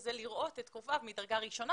וזה לראות את קרוביו מדרגה ראשונה.